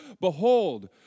behold